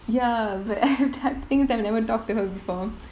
ya but everyti~ the thing is I've never talked to her before